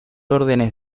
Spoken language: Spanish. órdenes